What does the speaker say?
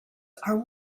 are